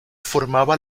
formaba